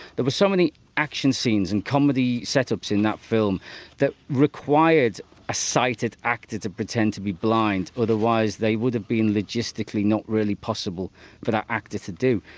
there were so many action scenes and comedy setups in that film that required a sighted actor to pretend to be blind, otherwise they would have been logistically not really possible for that actor to do.